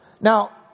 Now